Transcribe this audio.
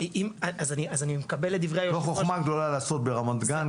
אני מקבל את דברי היושב-ראש --- לא חכמה גדולה לעשות ברמת גן,